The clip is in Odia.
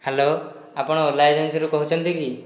ହ୍ୟାଲୋ ଆପଣ ଓଲା ଏଜେନ୍ସିରୁ କହୁଛନ୍ତି କି